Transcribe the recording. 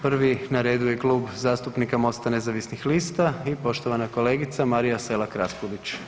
Prvi na redu je Klub zastupnika Mosta nezavisnih lista i poštovana kolegica Marija Selak RAspudić.